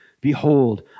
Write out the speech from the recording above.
Behold